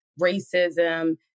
racism